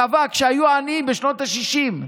כשהיו עניים בשנות השישים,